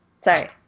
Sorry